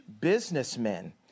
businessmen